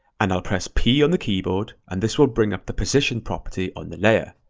and i'll press p on the keyboard and this will bring up the position property on the layer.